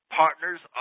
partners